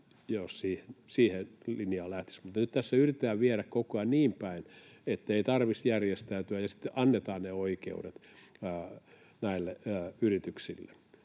siihen linjaan lähtisi, mutta nyt tässä yritetään viedä koko ajan niin päin, ettei tarvitsisi järjestäytyä, ja sitten annetaan ne oikeudet näille yrityksille.